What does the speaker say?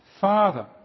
Father